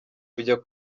kujya